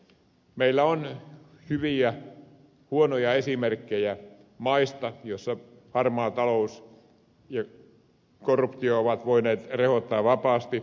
meillä on hyviä huonoja esimerkkejä maista joissa harmaa talous ja korruptio ovat voineet rehottaa vapaasti